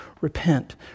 Repent